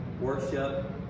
worship